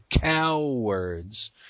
cowards